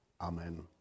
Amen